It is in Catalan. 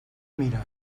mire